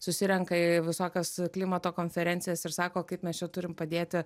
susirenka į visokias klimato konferencijas ir sako kaip mes čia turim padėti